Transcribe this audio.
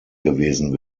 gewesen